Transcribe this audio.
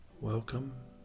welcome